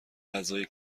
غذای